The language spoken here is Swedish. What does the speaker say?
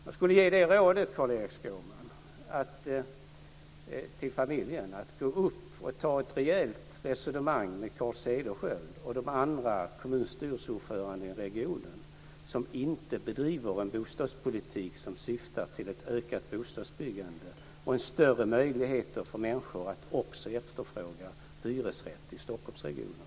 Jag ger rådet, Carl-Erik Skårman, att familjen ska ta ett rejält resonemang med Carl Cederschiöld och de andra kommunstyrelseordförandena i regionen som inte bedriver en bostadspolitik som syftar till ett ökat bostadsbyggande och större möjligheter för människor att också efterfråga hyresrätter i Stockholmsregionen.